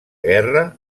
guerra